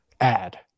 add